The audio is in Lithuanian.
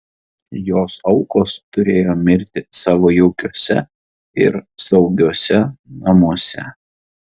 jos aukos turėjo mirti savo jaukiuose ir saugiuose namuose